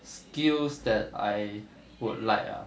skills that I would like ah